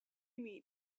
meet